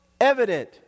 evident